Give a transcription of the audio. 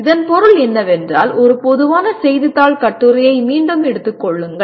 இதன் பொருள் என்னவென்றால் ஒரு பொதுவான செய்தித்தாள் கட்டுரையை மீண்டும் எடுத்துக் கொள்ளுங்கள்